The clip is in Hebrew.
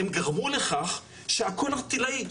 הם גרמו לכך שהכול ערטילאי.